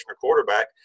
quarterback